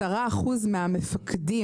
10 אחוזים מהמפקדים